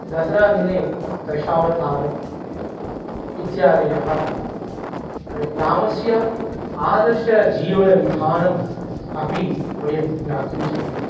दसरादिने दशावतार इत्यादयः वयं रामस्य आदर्शजीवनविधानं अपि वयं ज्ञातुं शक्यते